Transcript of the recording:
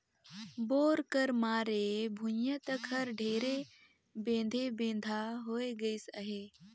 bore कर मारे भुईया तक हर ढेरे बेधे बेंधा होए गइस अहे